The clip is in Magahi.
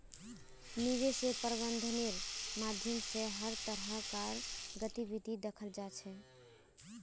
निवेश प्रबन्धनेर माध्यम स हर तरह कार गतिविधिक दखाल जा छ